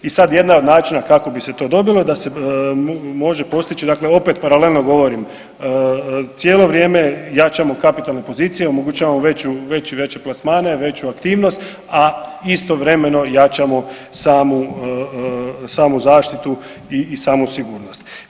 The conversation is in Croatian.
I sad jedna od načina kako bi se to dobilo da se može postići dakle opet paralelno govorim, cijelo vrijeme jačamo kapitalne pozicije, omogućavamo veću, veću, veće plasmane, veću aktivnost, a istovremeno jačamo samu, samu zaštitu i samu sigurnost.